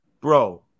Bro